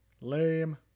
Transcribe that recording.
Lame